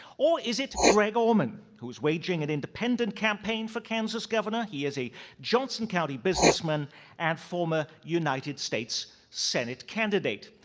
or is it greg orman who's waging an independent campaign for kansas governor? he is a johnson county businessman and former united states senate candidate.